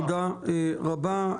תודה רבה.